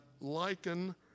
liken